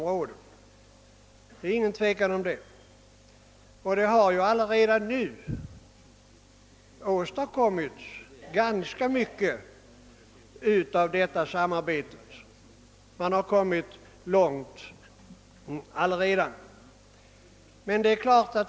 Redan nu har ganska mycket åstadkommits tack vare detta samarbete.